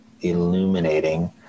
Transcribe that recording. illuminating